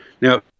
now